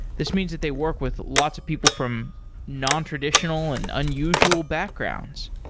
this means that they work with lots of people from nontraditional and unusual backgrounds.